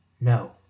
No